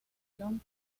long